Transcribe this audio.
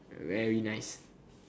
very nice